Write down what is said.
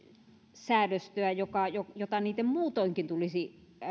säädöstöä jota niiden muutoinkin tulisi